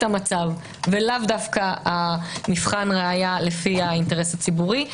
המצב ולאו דווקא מבחן הראיה לפי האינטרס הציבורי.